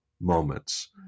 moments